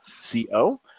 C-O